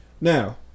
Now